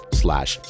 slash